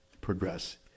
progress